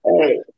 Hey